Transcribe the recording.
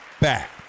back